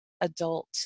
adult